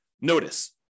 Notice